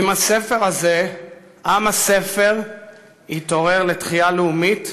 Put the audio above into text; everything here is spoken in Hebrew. עִם הספר הזה עַם הספר התעורר לתחייה לאומית,